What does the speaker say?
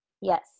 yes